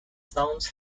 sounds